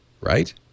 right